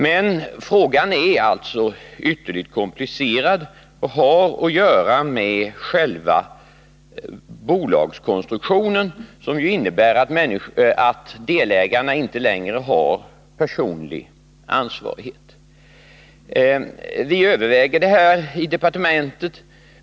Men frågan är alltså ytterligt komplicerad och har att göra med själva bolagskonstruktionen, som ju innebär att delägarna inte längre har personlig ansvarighet. Vi överväger denna fråga i departementet.